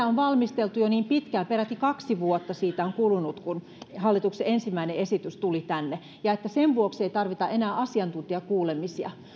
on valmisteltu jo niin pitkään peräti kaksi vuotta on kulunut siitä kun hallituksen ensimmäinen esitys tuli tänne että sen vuoksi ei tarvita enää asiantuntijakuulemisia